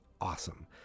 awesome